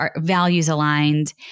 values-aligned